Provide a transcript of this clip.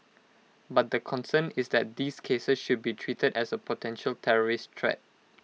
but the concern is that these cases should be treated as A potential terrorist threat